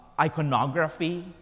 iconography